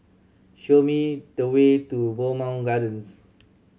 show me the way to Bowmont Gardens